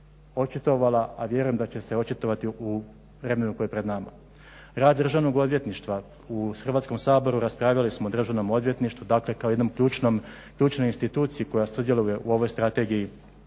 očitovala, a vjerujem da će se očitovati u vremenu koje je pred nama. Rad Državnog odvjetništva, u Hrvatskom saboru raspravljali smo o Državnom odvjetništvu dakle kao jednoj ključnoj instituciji koja sudjeluje u ovoj strategiji